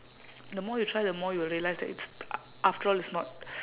the more you try the more you will realise that it's a~ after all it's not